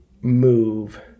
move